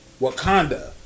Wakanda